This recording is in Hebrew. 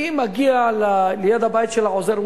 אני מגיע ליד הבית של העוזר.